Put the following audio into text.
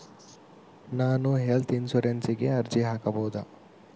ನಾನು ಹೆಲ್ತ್ ಇನ್ಶೂರೆನ್ಸಿಗೆ ಅರ್ಜಿ ಹಾಕಬಹುದಾ?